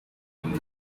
ink